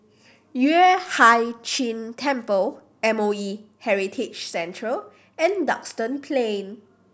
Yueh Hai Ching Temple M O E Heritage Centre and Duxton Plain